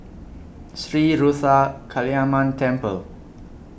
Sri Ruthra Kaliamman Temple